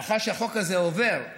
בהנחה שהחוק הזה עובר,